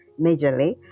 majorly